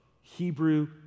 Hebrew